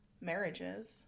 marriages